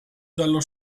dallo